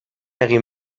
egin